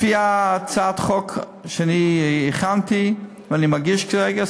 לפי הצעת החוק שאני הכנתי ואני מגיש כרגע,